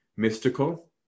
mystical